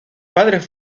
padres